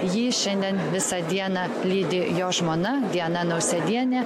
jį šiandien visą dieną lydi jo žmona diana nausėdienė